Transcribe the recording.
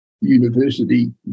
university